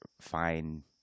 fine